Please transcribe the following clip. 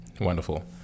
Wonderful